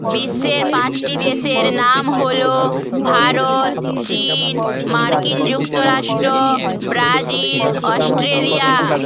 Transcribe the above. বিশ্বের পাঁচটি দেশের নাম হল ভারত চিন মার্কিন যুক্তরাষ্ট্র ব্রাজিল অস্ট্রেলিয়া